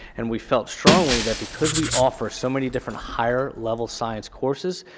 and we felt strongly that because we offer so many different higher level science courses,